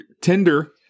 Tinder